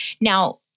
Now